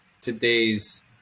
today's